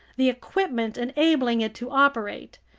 the equipment enabling it to operate,